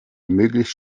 möglichst